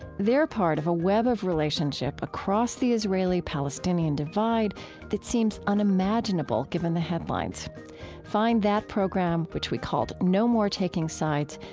they're part of a web of relationship across the israeli-palestinian divide that seems unimaginable, given the headlines find that program, which we called no more taking sides,